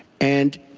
and,